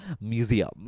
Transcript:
Museum